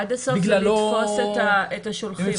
עד הסוף זה לתפוס את השולחים בעצם.